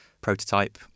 prototype